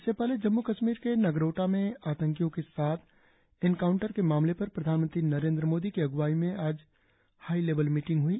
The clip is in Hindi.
इससे पहले जम्मू कश्मीर के नगरोटा में आतंकियों के साथ एनकाउंटर के मामले पर प्रधानमंत्री नरेंद्र मोदी की अग्वाई में आज हाईलेवल मींटिग हुई